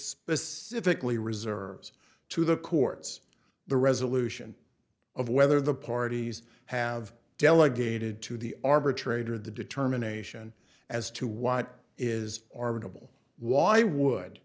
specifically reserves to the courts the resolution of whether the parties have delegated to the arbitrator the determination as to what is arguable why would